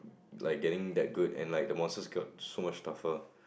like getting that good and like the monsters got so much tougher